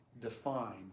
define